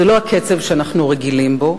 זה לא הקצב שאנחנו מורגלים בו.